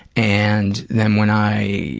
and then when i